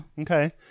Okay